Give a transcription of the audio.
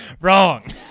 Wrong